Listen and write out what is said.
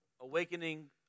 awakening